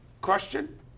question